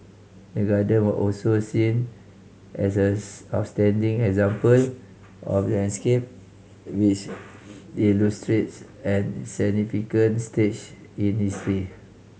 the Garden were also seen as as outstanding example of a landscape which illustrates a significant stage in history